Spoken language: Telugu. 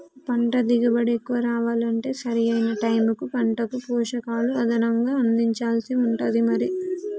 పంట దిగుబడి ఎక్కువ రావాలంటే సరి అయిన టైముకు పంటకు పోషకాలు అదనంగా అందించాల్సి ఉంటది మరి